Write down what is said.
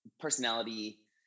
personality